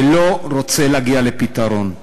ולא רוצה להגיע לפתרון.